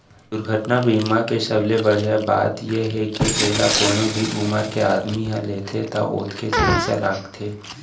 दुरघटना बीमा के सबले बड़िहा बात ए हे के एला कोनो भी उमर के आदमी ह लेथे त ओतकेच पइसा लागथे